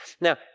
now